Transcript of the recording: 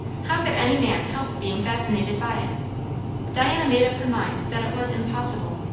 how could any man help being fascinated by it diana made up her mind that it was impossible.